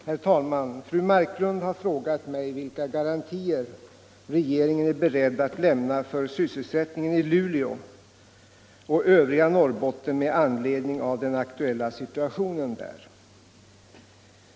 Herr talman! Fru Marklund har frågat mig vilka garantier regeringen är beredd att lämna för sysselsättningen i Luleå och övriga Norrbotten med anledning av den aktuella situationen där.